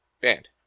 banned